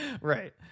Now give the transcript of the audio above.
right